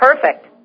perfect